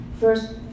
First